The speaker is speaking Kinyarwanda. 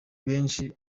benshi